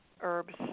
herbs